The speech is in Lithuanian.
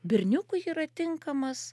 berniukui yra tinkamas